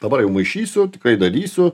dabar jau maišysiu tikrai darysiu